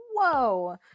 Whoa